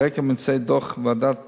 על רקע ממצאי דוח ועדת-סגלסון,